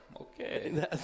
okay